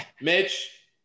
Mitch